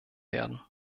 werden